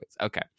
Okay